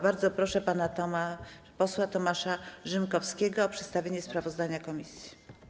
Bardzo proszę pana posła Tomasza Rzymkowskiego o przedstawienie sprawozdania komisji.